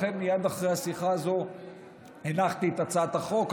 לכן, מייד אחרי השיחה הזאת הנחתי את הצעת החוק.